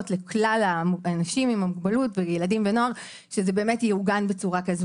לכלל האנשים עם מוגבלות וילדים ונוער - שיעוגן כך.